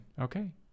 Okay